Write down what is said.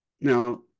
Now